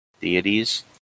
deities